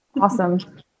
Awesome